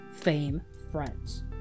famefriends